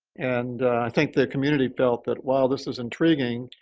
and i think the community felt that while this is intriguing,